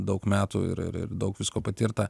daug metų ir ir ir daug visko patirta